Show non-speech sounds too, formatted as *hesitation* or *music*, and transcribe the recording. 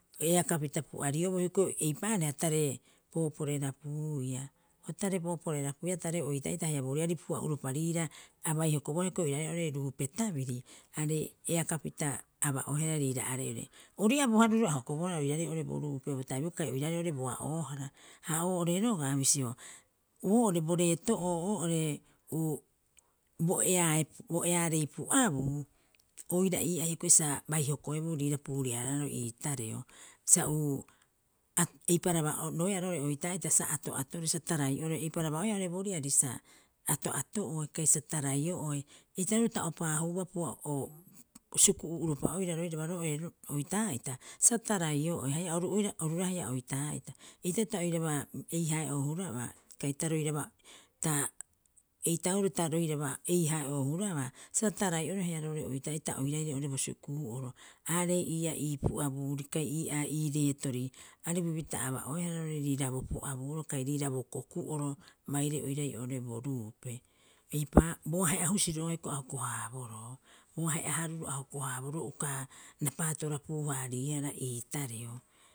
Eakapita pu'arioboo hioko'i eipaareha tare pooporerapuuia. O tare pooporerapuuia tareo oitaa'ita haia boriari pua'uopa riira abai hokobohara hioko'i oiraarei oo'ore ruupe tabiri arei eakapita aba'oehara riira are'ure. Ori ii'aa bo haruro a hokobohara oiraarei oo'ore bo ruupe bo tabiri'oo kai oiraarei oo'ore boa'oohara. Ha oo'ore rogaa bisio, oo'ore bo reeto'oo oo'ore uu bo eaae- bo eaarei pu'abuu, oira ii'aa hioko'i sa bai hokoebo riira puuriaraaro ii tareo. Sa uu, eiparabaroeaa roo'ore oitaa'ita sa ato'atoroe sa tarai'oroe eiparaba'oeaa oo'ore bo riari sa ato'ato'oe kai sa tarai'o'oe. Eitaroo ta o paahuuba *hesitation* sukuu'uopa oira roiraba roo'ore oitaa'ita sa tarai'o'oe, haia oru oira- oru roira haia oitaa'ita. Eitaroo ta oiraba ei hae'oo huraba kai ta roiraba ta eutauroo ta roiraba ei hae'oo hurabaa sa tarai'oroe haia roo'ore oitaa'ita oiraire oo'ore bo sukuu'oro. Aarei ii'aa ii pu'abuurii kai ii'aa ii reetori aripupita aba'oehara oo'ore riira bo pu'abuu'oro kai riira bo koku'oro baire oirai oo'ore bo ruupe. Eipaa, bo ahea husiro hioko'i a hoko- haaboroo, bo ahe'a haruro a hoko- haaboroo uka rapaato rapiu- haariihara iitareo.